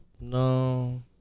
No